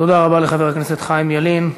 תודה רבה לחבר הכנסת חיים ילין.